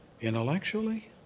intellectually